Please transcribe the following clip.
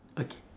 okay